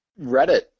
Reddit